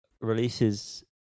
releases